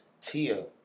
Tia